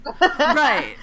right